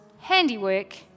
handiwork